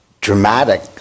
dramatic